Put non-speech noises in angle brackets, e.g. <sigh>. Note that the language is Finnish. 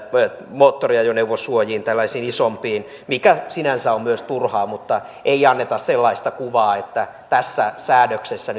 moottoriajoneuvosuojiin tällaisiin isompiin rakennuksiin mikä sinänsä on myös turhaa mutta ei anneta sellaista kuvaa että tässä säädöksessä <unintelligible>